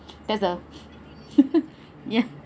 there's a ya